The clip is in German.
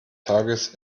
tages